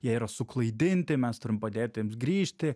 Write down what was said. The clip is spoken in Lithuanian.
jie yra suklaidinti mes turim padėti jiems grįžti